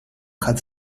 had